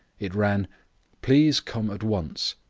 it ran please come at once.